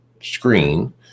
screen